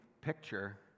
picture